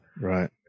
Right